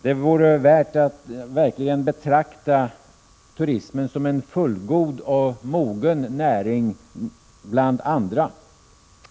Det vore värt att verkligen betrakta turismen som en fullgod och mogen näring bland andra.